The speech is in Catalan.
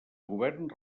govern